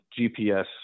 GPS